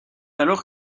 alors